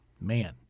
man